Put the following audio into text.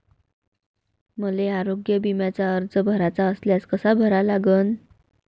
मले आरोग्य बिम्याचा अर्ज भराचा असल्यास कसा भरा लागन?